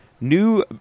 new